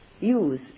use